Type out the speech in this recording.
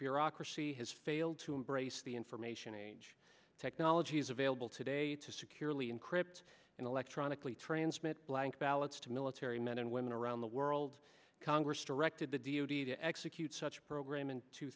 bureaucracy has failed to embrace the information age technologies available today to securely encrypt and electronically transmit blank ballots to military men and women around the world congress directed the d o t to execute such a program in two